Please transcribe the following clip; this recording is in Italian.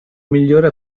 migliore